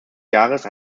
jahres